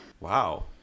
Wow